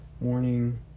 morning